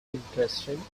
interesting